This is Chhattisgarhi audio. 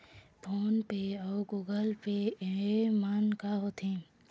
फ़ोन पे अउ गूगल पे येमन का होते?